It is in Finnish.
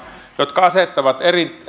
jotka